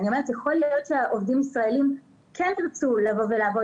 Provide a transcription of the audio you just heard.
יכול להיות שעובדים ישראלים כן ירצו לבוא ולעבוד